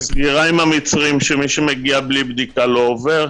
נסגר עם המצרים שמי שמגיע בלי בדיקה לא עובר.